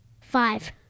Five